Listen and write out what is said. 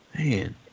Man